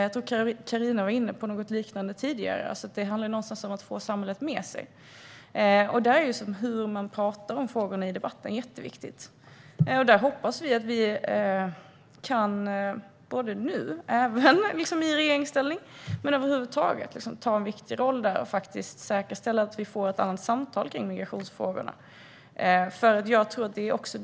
Jag tror att Carina Ohlsson var inne på någonting liknande tidigare. Det handlar någonstans om att få samhället med sig. Där är hur man talar om frågorna i debatten jätteviktigt. Vi hoppas att vi även nu i regeringsställning och över huvud taget tar en viktig roll och säkerställer att vi får ett annat samtal om migrationsfrågorna.